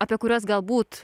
apie kuriuos galbūt